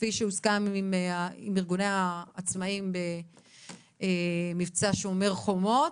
כפי שהוסכם עם ארגוני העצמאים במבצע "שומר החומות".